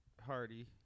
Hardy